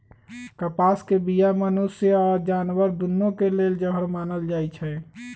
कपास के बीया मनुष्य आऽ जानवर दुन्नों के लेल जहर मानल जाई छै